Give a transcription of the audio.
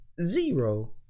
zero